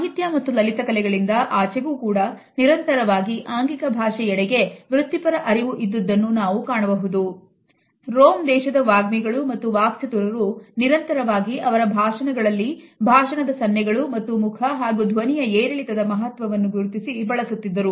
ಸಾಹಿತ್ಯ ಮತ್ತು ಲಲಿತಕಲೆ ಗಳಿಂದ ಆಚೆಗೂ ಕೂಡ ನಿರಂತರವಾಗಿ ಆಂಗಿಕ ಭಾಷೆ ಎಡೆಗೆ ವೃತ್ತಿಪರ ಅರಿವು ಇದ್ದದ್ದನ್ನು ನಾವು ಕಾಣುತ್ತೇವೆ